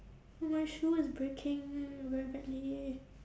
my shoe is breaking very badly